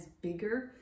bigger